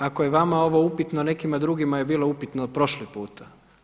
Ako je vama ovo upitno, nekima drugima je bilo upitno prošli puta.